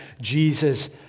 Jesus